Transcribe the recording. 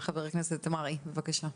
חבר הכנסת מרעי, בבקשה.